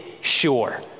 sure